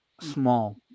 small